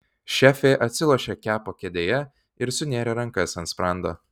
šefė atsilošė kepo kėdėje ir sunėrė rankas ant sprando